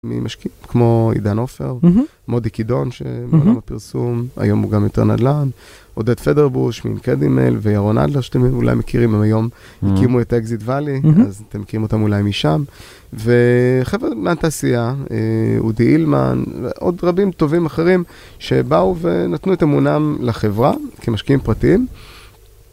ממשקיעים כמו עידן עופר, מודי קידון שמעולם הפרסום היום הוא גם יותר נדל״ן, עודד פדרבוש מאינקדימל וירון אדלר שאתם אולי מכירים, הם היום הקימו את אקזיט וואלי, אז אתם מכירים אותם אולי משם וחבר׳ה מהתעשייה, אודי אילמן ועוד רבים טובים אחרים שבאו ונתנו את אמונם לחברה כמשקיעים פרטיים.